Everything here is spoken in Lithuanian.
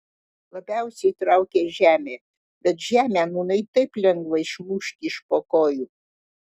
labiausiai traukė žemė bet žemę nūnai taip lengva išmušti iš po kojų